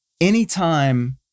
anytime